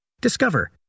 Discover